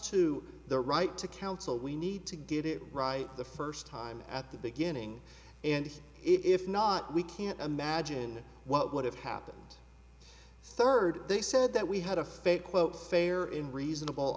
to the right to counsel we need to get it right the first time at the beginning and if not we can't imagine what would have happened third they said that we had a fake quote fair in reasonable